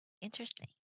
Interesting